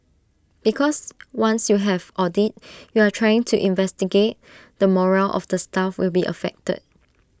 because once you have audit you are trying to investigate the morale of the staff will be affected